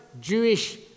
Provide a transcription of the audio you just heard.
Jewish